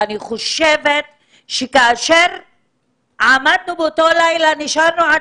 אני חושבת שכאשר עמדנו באותו לילה ונשארנו עד